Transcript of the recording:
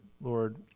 Lord